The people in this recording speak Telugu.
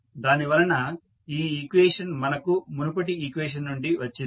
దానివలన ఈ ఈక్వేషన్ మనకు మునపటి ఈక్వేషన్ నుండి వచ్చింది